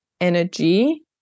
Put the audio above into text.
energy